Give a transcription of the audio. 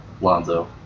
Lonzo